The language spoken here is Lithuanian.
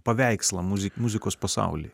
paveikslą muzi muzikos pasaulį